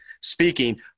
speaking